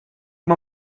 moi